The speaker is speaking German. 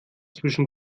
zwischen